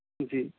جی